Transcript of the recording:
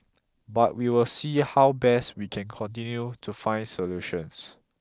but we will see how best we can continue to find solutions